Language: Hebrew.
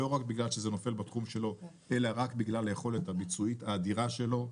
לא רק בגלל שזה נופל בתחום שלו אלא בגלל היכולת הביצועית האדירה שלו.